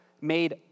made